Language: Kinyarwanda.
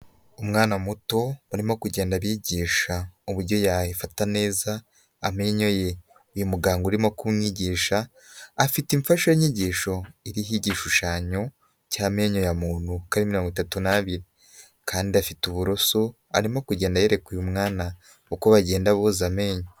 Umwana muto urimo kugenda bigisha uburyo yafata neza amenyo ye, uyu muganga urimo kumwigisha afite imfashanyigisho iriho igishushanyo cy'amenenyo ya muntu, uko ari mirongo itatu n'abiri, kandi afite uburoso arimo kugenda yereka uyu mwana uko bagenda boza amenyo.